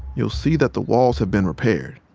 you'll see that the walls have been repaired.